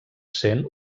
sent